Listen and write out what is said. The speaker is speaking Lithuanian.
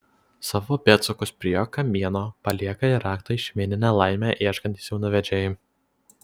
savo pėdsakus prie jo kamieno palieka ir rakto į šeimyninę laimę ieškantys jaunavedžiai